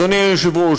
אדוני היושב-ראש,